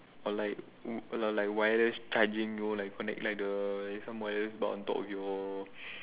or like oh or like wireless charging you know connect like the you some wires on top of you all